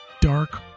dark